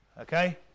okay